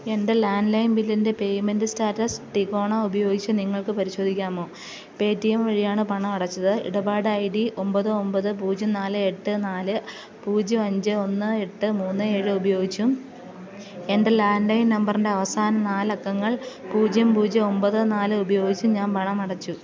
എൻ്റെ ലാൻഡ്ലൈൻ ബില്ലിൻ്റെ payment status ടികോണ ഉപയോഗിച്ചു നിങ്ങൾക്ക് പരിശോധിക്കാമോ പേടിഎം വഴിയാണ് പണം അടച്ചത് ഇടപാട് ഐ ഡി ഒമ്പത് ഒമ്പത് പൂജ്യം നാല് എട്ട് നാല് പൂജ്യം അഞ്ച് ഒന്ന് എട്ട് മൂന്ന് ഏഴ് ഉപയോഗിച്ചും എൻ്റെ ലാൻഡ്ലൈൻ നമ്പറിൻ്റെ അവസാന നാല് അക്കങ്ങൾ പൂജ്യം പൂജ്യം ഒമ്പത് നാല് ഉപയോഗിച്ചും ഞാൻ പണമടച്ചു